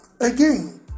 Again